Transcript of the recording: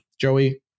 Joey